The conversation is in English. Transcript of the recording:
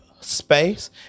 space